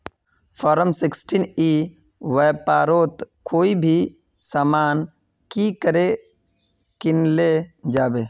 Form sixteen ई व्यापारोत कोई भी सामान की करे किनले जाबे?